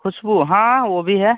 ख़ुशबू हाँ वह भी है